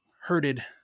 herded